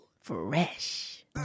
Fresh